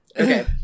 okay